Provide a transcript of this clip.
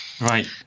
Right